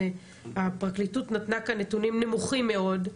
הפרקליטות נתנה כאן נתונים נמוכים מאוד,